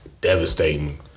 devastating